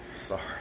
sorry